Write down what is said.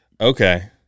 Okay